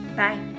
bye